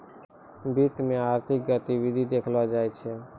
वित्त मे आर्थिक गतिविधि देखलो जाय छै